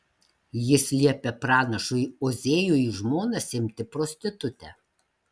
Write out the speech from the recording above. jis liepia pranašui ozėjui į žmonas imti prostitutę